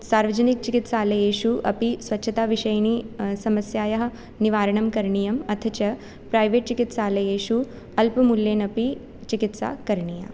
सार्वजनिकचिकित्सालयेषु अपि स्वच्छताविषयिणी समस्यायाः निवारणं करणीयम् अथ च प्रैवेट् चिकित्सालयेषु अल्पमूल्येन अपि चिकित्सा करणीया